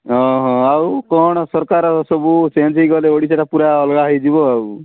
ଓ ହଁ ଆଉ କ'ଣ ସରକାର ସବୁ ଚେଞ୍ଜ୍ ହୋଇଗଲେ ଓଡ଼ିଶାଟା ପୂରା ଅଲଗା ହୋଇଯିବ ଆଉ